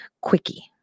quickie